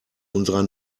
unserer